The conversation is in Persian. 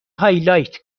هایلایت